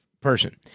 person